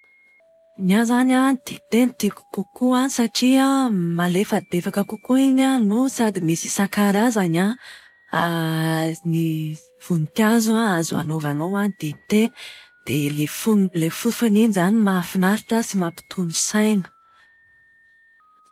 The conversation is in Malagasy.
Ny ahy izany an, dite no tiako kokoa satria malefadefaka kokoa iny an, no sady misy isan-karazany an, ny voninkazo azo anaovanao dite. Dia ilay fonon- ilay fofony iny izany mahafinaritra sy mampitony saina.